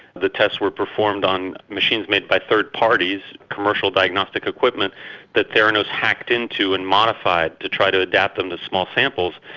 the tests were performed on machines made by third parties, commercial diagnostic equipment that theranos hacked into and modified to try to adapt them to small samples.